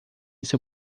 seu